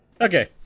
Okay